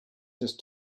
just